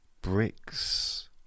bricks